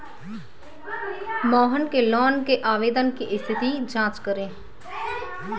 मोहन के लोन के आवेदन की स्थिति की जाँच करें